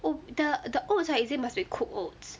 oh the the oats right is it must be cooked oats